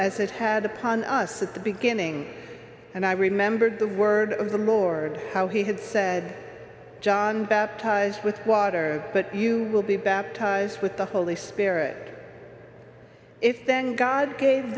as it had upon us at the beginning and i remembered the words of the mord how he had said john baptized with water but you will be baptized with the holy spirit if then god gave